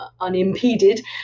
unimpeded